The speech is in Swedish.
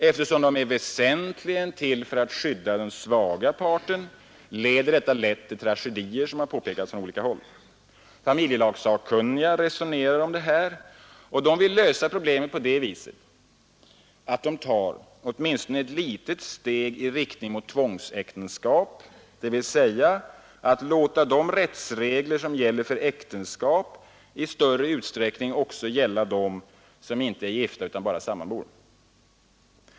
Eftersom reglerna väsentligen är till för att skydda den svaga parten, leder detta till tragedier, som har påpekats från olika håll Familjelagssakkunniga resonerar om detta och vill lösa problemet på det viset att de tar åtminstone ett litet steg i riktning mot tvångsäktenskap, dvs. att låta de rättsregler som gäller för äktenskapet i större utsträckning också gälla dem som inte är gifta, utan bara sammanbor.